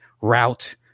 route